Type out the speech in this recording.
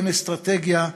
אין אסטרטגיה,